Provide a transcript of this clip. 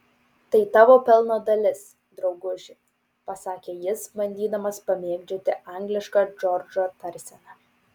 tai tavo pelno dalis drauguži pasakė jis bandydamas pamėgdžioti anglišką džordžo tarseną